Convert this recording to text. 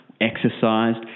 exercised